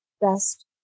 best